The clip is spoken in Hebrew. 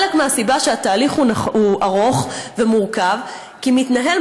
חלק מהסיבה שהתהליך ארוך ומורכב הוא שמתנהל